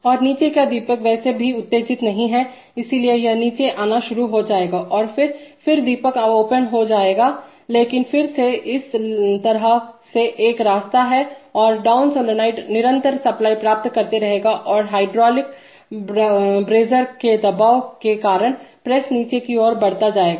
और नीचे का दीपक वैसे भी उत्तेजित नहीं है इसलिए यह नीचे आना शुरू हो जाएगा और फिर फिर दीपक ओपन हो जाएगा लेकिन फिर भी इस तरह से एक रास्ता है और डाउन सोलेनाइड निरंतर सप्लाई प्राप्त करते रहेगा और हाइड्रोलिक ब्रेजर के दबाव के कारण प्रेस नीचे की ओर बढ़ता जाएगा